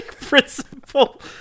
principle